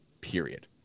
period